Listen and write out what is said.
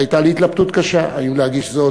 הייתה לי התלבטות קשה אם להגיש זאת